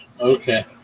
Okay